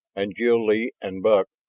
and jil-lee and buck,